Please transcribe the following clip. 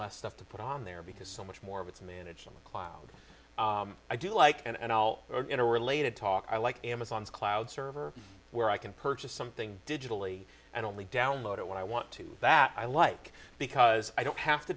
less stuff to put on there because so much more of its management quality i do like and all interrelated talk i like amazon's cloud server where i can purchase something digitally and only download it when i want to that i like because i don't have to